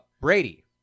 Brady